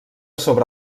sobre